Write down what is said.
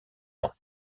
ans